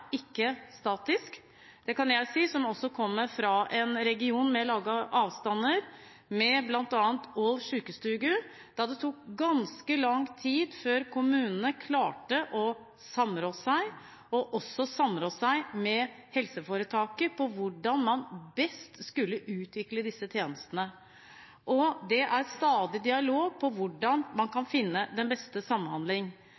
ikke statisk. Det kan jeg si, som også kommer fra en region med lange avstander. Blant annet med Hallingdal Sjukestugu tok det ganske lang tid før kommunene klarte å samrå seg, også med helseforetaket, på hvordan man best skulle utvikle disse tjenestene. Det er også stadig dialog om hvordan man kan finne den beste